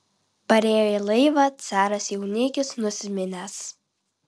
parėjo į laivą caras jaunikis nusiminęs